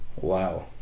Wow